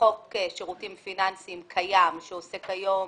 לחוק שירותים פיננסיים קיים שעוסק היום